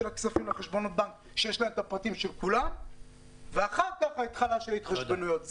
הכספים לחשבונות בנק ואחר כך התחלה של התחשבנויות.